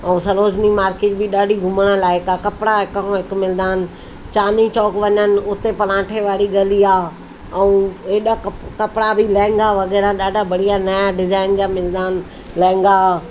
ऐं सरोजनी मार्केट बि ॾाढी घुमणु लाइक़ु आहे कपिड़ा हिक खां हिकु मिलंदा आहिनि चांदनी चौक वञनि उते पराठे वारी गली आहे ऐं एॾा क कपिड़ा बि लहंगा वग़ैरह ॾाढा बढ़िया नवां डीज़ाएन जा मिलंदा आहिनि लहंगा